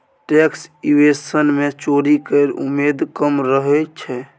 tax evasion मे चोरी केर उमेद कम रहय छै